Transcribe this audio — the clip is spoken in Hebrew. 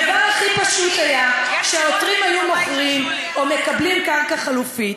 הדבר הכי פשוט היה שהעותרים היו מוכרים או מקבלים קרקע חלופית.